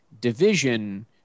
division